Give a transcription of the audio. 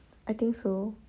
I think so